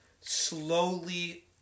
slowly